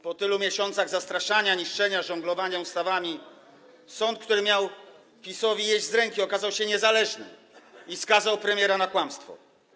Po tylu miesiącach zastraszania, niszczenia, żonglowania ustawami sąd, który miał PiS-owi jeść z ręki, okazał się niezależny i skazał premiera za kłamstwo.